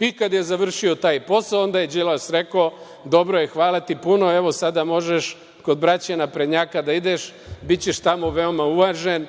I kada je završio taj posao, onda je Đilas rekao – dobro je, hvala ti puno, evo sada možeš kod braće naprednjaka da ideš, bićeš tamo veoma uvažen,